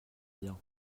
bien